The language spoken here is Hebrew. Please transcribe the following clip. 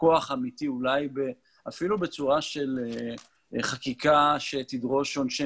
כוח אמיתי ואפילו בצורה של חקיקה שתדרוש עונשי